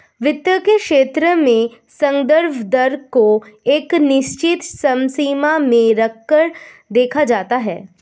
वित्त के क्षेत्र में संदर्भ दर को एक निश्चित समसीमा में रहकर देखा जाता है